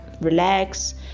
relax